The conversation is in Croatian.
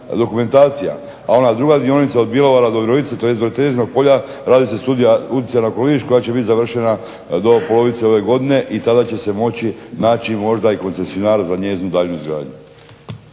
dokumentacija. A ona druga dionica od Bjelovara do Virovitice radi se studija .... koja će biti završena do polovice ove godine i tada će se moći naći i koncesionar za njezinu daljnju izgradnju.